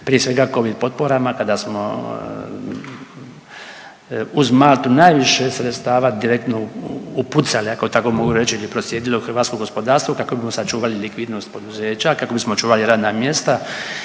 prije svega covid potporama kada smo uz Maltu najviše sredstava direktno upucali ako tako mogu reći ili proslijedili u hrvatsko gospodarstvo kako bi mu sačuvali likvidnost poduzeća i kako bismo očuvali radna mjesta